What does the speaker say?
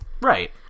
right